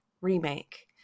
remake